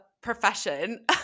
profession